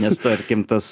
nes tarkim tas